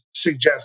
suggest